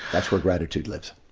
that's where gratitude lives.